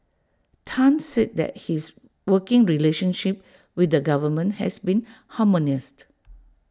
Tan said that his working relationship with the government has been harmonious